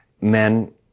Men